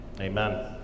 Amen